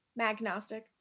Magnostic